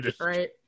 Right